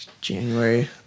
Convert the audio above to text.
January